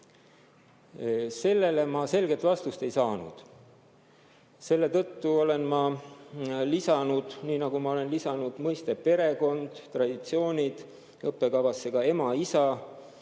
Sellele ma selget vastust ei saanud. Selle tõttu olen ma lisanud, nii nagu ma olen lisanud mõisted "perekond" ja "traditsioonid", õppekavasse ka ema ja